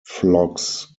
flocks